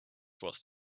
was